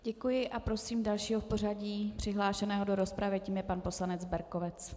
Děkuji a prosím dalšího v pořadí přihlášeného do rozpravy a tím je pan poslanec Berkovec.